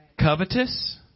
covetous